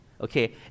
Okay